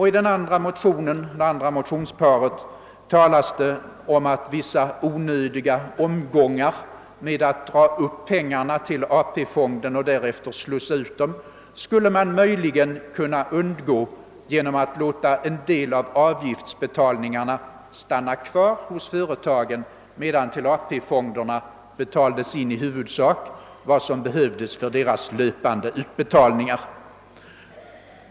I det andra motionsparet talas det om att vissa onödiga omgångar med att ta in pengar till AP-fonden och därefter slussa ut dem igen till företagen möjligen skulle kunna undvikas om man lät en del av pengarna stanna kvar hos företagen, vilka till AP-fonderna skulle inbetala i huvudsak endast vad som behövs för de löpande pensionsutbetalningarna.